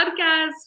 podcast